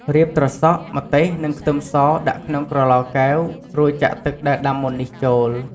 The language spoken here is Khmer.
រៀបត្រសក់ ម្ទេស និង ខ្ទឹមស ដាក់ក្នុងក្រឡកែវ រួចចាក់ទឹកដែលដាំមុននេះចូល។